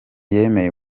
yemeye